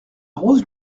rose